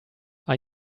are